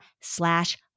slash